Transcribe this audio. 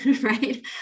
right